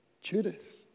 Judas